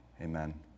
Amen